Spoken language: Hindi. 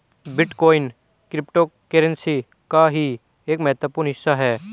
बिटकॉइन क्रिप्टोकरेंसी का ही एक महत्वपूर्ण हिस्सा है